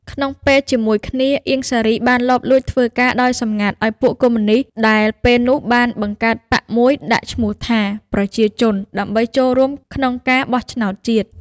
ក្នុងពេលជាមួយគ្នា អៀង សារី បានលបលួចធ្វើការដោយសម្ងាត់ឱ្យពួកកុម្មុយនិស្ត ដែលពេលនោះបានបង្កើតបក្សមួយដាក់ឈ្មោះថា “ប្រជាជន” ដើម្បីចូលរួមក្នុងការបោះឆ្នោតជាតិ។